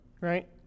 right